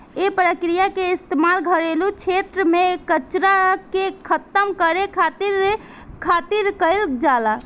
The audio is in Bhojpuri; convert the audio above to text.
एह प्रक्रिया के इस्तेमाल घरेलू क्षेत्र में कचरा के खतम करे खातिर खातिर कईल जाला